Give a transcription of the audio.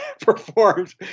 performed